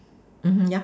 mmhmm yeah